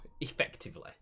effectively